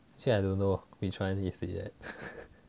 actually I don't know which one you say eh